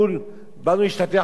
באנו להשתטח על קברי האבות.